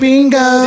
Bingo